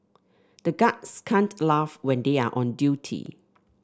the guards can't laugh when they are on duty